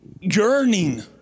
yearning